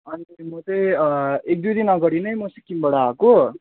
अनिखेरि म चाहिँ एक दुई दिन अगाडि नै म सिक्किमबाट आएको